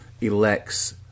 elects